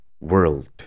world